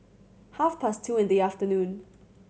half past two in the afternoon